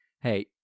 hey